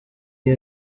iyi